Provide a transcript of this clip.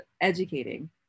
educating